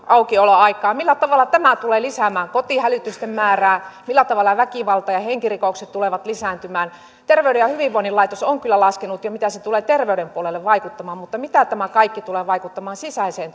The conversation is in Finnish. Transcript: aukioloaikaa millä tavalla tämä tulee lisäämään kotihälytysten määrää millä tavalla väkivalta ja henkirikokset tulevat lisääntymään terveyden ja hyvinvoinnin laitos on kyllä laskenut mitä se tulee terveyden puolella vaikuttamaan mutta mitä tämä kaikki tulee vaikuttamaan sisäiseen